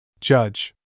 Judge